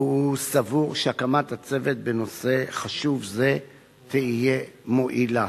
והוא סבור שהקמת הצוות בנושא חשוב זה תהיה מועילה.